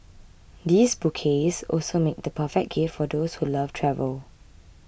these bouquets also make the perfect gifts for those who love travel